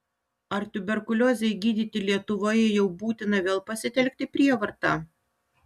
ar tuberkuliozei gydyti lietuvoje jau būtina vėl pasitelkti prievartą